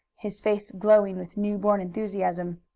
his face glowing with new-born enthusiasm.